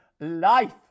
life